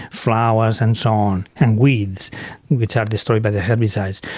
flowers and so on and weeds which are destroyed by the herbicides.